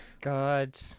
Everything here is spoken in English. God